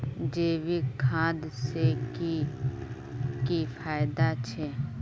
जैविक खाद से की की फायदा छे?